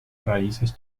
raíces